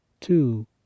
two